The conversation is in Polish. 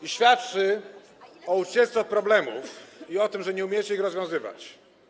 I świadczy o ucieczce od problemów i o tym, że nie umiecie ich rozwiązywać.